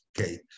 Okay